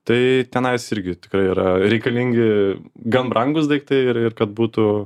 tai tenais irgi tikrai yra reikalingi gan brangūs daiktai ir ir kad būtų